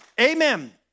Amen